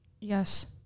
Yes